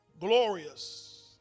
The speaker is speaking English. glorious